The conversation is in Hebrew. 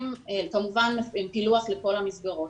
כמובן עם פילוח לכל המסגרות.